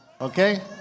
Okay